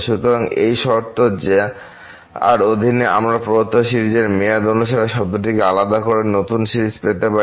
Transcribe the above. সুতরাং এই সেই শর্ত যার অধীনে আমরা প্রদত্ত সিরিজের মেয়াদ অনুসারে শব্দটিকে আলাদা করে নতুন সিরিজ পেতে পারি